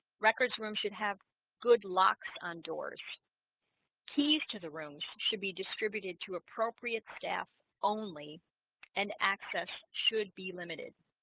records room should have good locks on doors keys to the rooms should be distributed to appropriate staff only and access should be limited